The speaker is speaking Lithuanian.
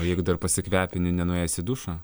o jeigu dar pasikvepini nenuėjęs į dušą